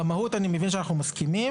במהות אני מבין שאנחנו מסכימים.